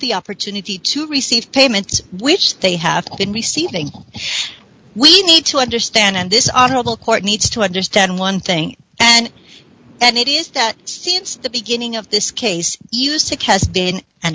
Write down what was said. the opportunity to receive payments which they have been receiving we need to understand and this honorable court needs to understand one thing and that it is that since the beginning of this case used to kest been an